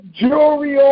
jewelry